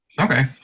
Okay